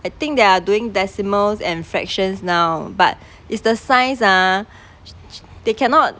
I think they are doing decimals and fractions now but it's the science ah they cannot